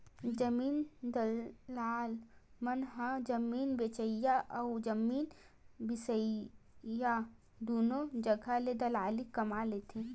जमीन दलाल मन ह जमीन बेचइया अउ जमीन बिसईया दुनो जघा ले दलाली कमा लेथे